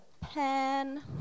pen